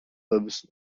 lives